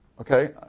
okay